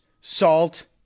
salt